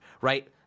right